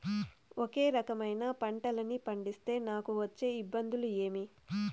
ఒకే రకమైన పంటలని పండిస్తే నాకు వచ్చే ఇబ్బందులు ఏమి?